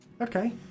Okay